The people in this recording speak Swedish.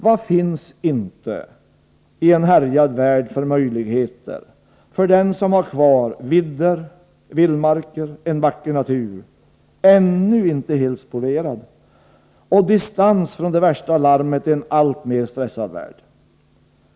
Vad finns inte i en härjad värld för möjligheter för den som har kvar vidder, vildmarker, en vacker natur — ännu inte helt spolierad — och distans från det värsta larmet i en alltmer stressad värld!